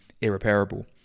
irreparable